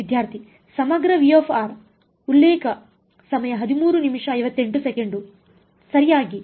ವಿದ್ಯಾರ್ಥಿ ಸಮಗ್ರ ಸರಿಯಾಗಿ